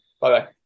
Bye-bye